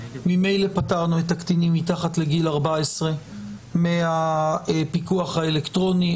ממילא פטרנו את הקטינים מתחת לגיל 14 מהפיקוח האלקטרוני.